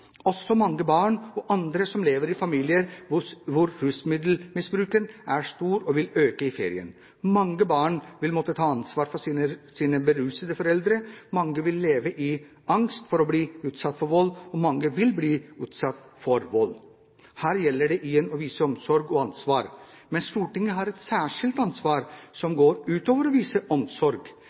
Også mange barn og andre lever i familier hvor rusmiddelmisbruken er stor og vil øke i ferien. Mange barn vil måtte ta ansvar for sine berusede foreldre, mange vil leve i angst for å bli utsatt for vold, og mange vil bli utsatt for vold. Her gjelder det igjen å vise omsorg og ansvar. Men Stortinget har et særskilt ansvar som går utover det å vise omsorg.